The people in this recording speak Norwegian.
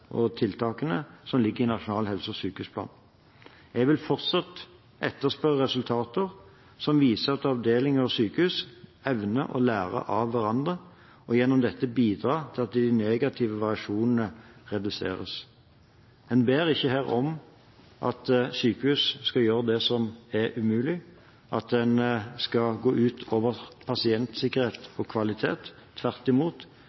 ligger i Nasjonal helse- og sykehusplan. Jeg vil fortsatt etterspørre resultater som viser at avdelinger og sykehus evner å lære av hverandre, og gjennom dette bidra til at de negative variasjonene reduseres. En ber ikke om at sykehus skal gjøre det som er umulig, at en skal gå ut over pasientsikkerhet og kvalitet. Tvert imot